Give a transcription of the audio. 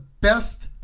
best